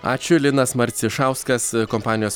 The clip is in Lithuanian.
ačiū linas marcišauskas kompanijos